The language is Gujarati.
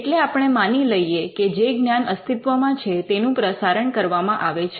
એટલે આપણે માની લઈએ કે જે જ્ઞાન અસ્તિત્વમાં છે તેનું પ્રસારણ કરવામાં આવે છે